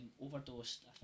overdosed